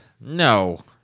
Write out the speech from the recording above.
No